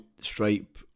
stripe